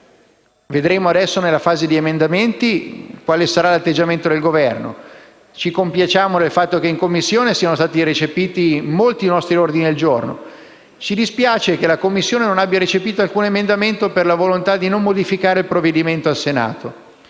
Vedremo adesso, in fase di esame degli emendamenti, quale sarà l'atteggiamento del Governo. Ci compiacciamo del fatto che in Commissione siano stati recepiti molti nostri ordini del giorno; ma ci dispiace che la Commissione non abbia recepito alcun emendamento, per la volontà di non modificare il provvedimento al Senato.